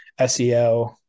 SEO